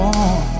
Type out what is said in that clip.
on